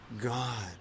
God